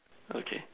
okay